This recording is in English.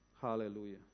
Hallelujah